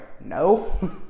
no